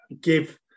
give